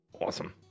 Awesome